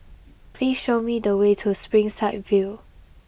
please show me the way to Springside View